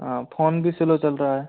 हाँ फोन भी स्लो चल रहा है